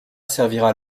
servira